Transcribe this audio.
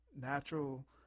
natural